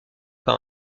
par